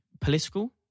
political